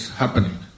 happening